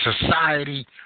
society